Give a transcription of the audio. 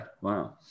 Wow